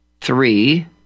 three